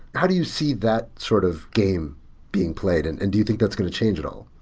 how do you see that sort of game being played, and and do you think that's going to change at all?